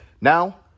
Now